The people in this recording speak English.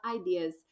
ideas